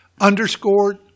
underscored